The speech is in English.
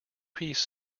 piece